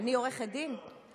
אני עורכת דין?